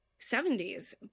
70s